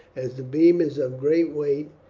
as the beam is of great weight,